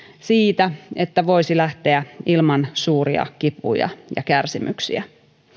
siitä että voisi lähteä ilman suuria kipuja ja kärsimyksiä